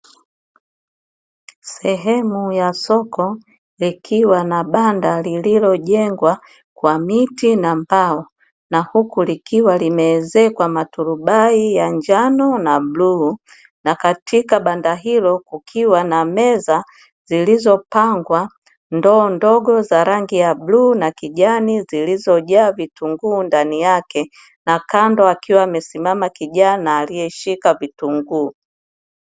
Sehemu ya soko, ikiwa na banda lililojengwa kwa miti na mbao, na huku likiwa limeezekwa maturubai ya njano na bluu, na katika banda hilo kukiwa na meza zilizopangwa, ndoo ndogo za rangi ya bluu na kijani zilizojaa vitunguu ndani yake, na kando akiwa amesimama kijana aliyeshika vitunguu.